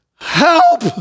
help